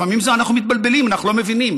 לפעמים אנחנו מתבלבלים, אנחנו לא מבינים.